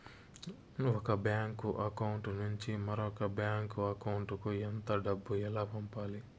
ఒక bank account నుంచి మరొక బ్యాంకు అకౌంట్ కు ఎంత డబ్బు ఎలా పంపాలి